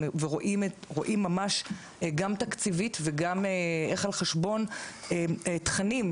ורואים ממש גם תקציבית וגם איך על חשבון תכנים,